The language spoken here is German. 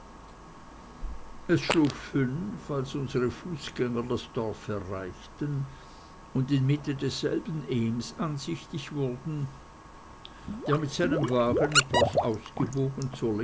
es schlug fünf als unsre fußgänger das dorf erreichten und in mitte desselben ehms ansichtig wurden der mit seinem wagen etwas ausgebogen